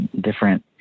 different